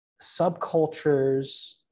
subcultures